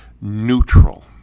neutral